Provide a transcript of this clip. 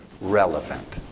relevant